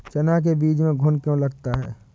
चना के बीज में घुन क्यो लगता है?